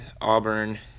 auburn